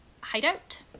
hideout